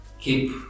Keep